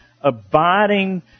abiding